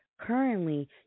currently